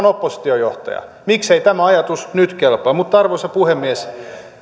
oppositiojohtaja miksei tämä ajatus nyt kelpaa arvoisa puhemies